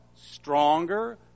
stronger